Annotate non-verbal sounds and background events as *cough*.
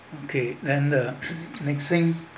okay and the *coughs* next thing